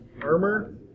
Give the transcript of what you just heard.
Armor